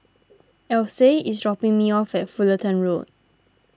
Ashleigh is dropping me off at Fullerton Road